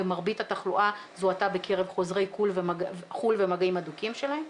ומרבית התחלואה זוהתה בקרב חוזרי חו"ל ומגעים הדוקים שלהם,